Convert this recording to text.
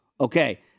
okay